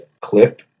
clip